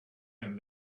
and